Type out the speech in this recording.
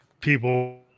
people